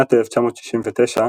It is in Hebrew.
בשנת 1969,